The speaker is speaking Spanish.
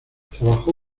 trabajó